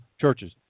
churches